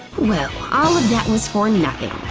well, all of that was for nothing.